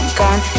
gone